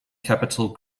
capital